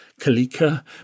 Kalika